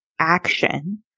action